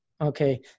Okay